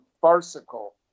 farcical